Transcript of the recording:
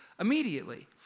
immediately